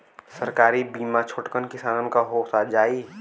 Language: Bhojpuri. सरकारी बीमा छोटकन किसान क हो जाई?